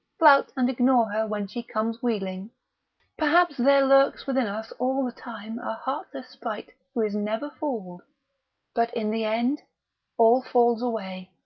flout and ignore her when she comes wheedling perhaps there lurks within us all the time a heartless sprite who is never fooled but in the end all falls away.